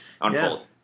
unfold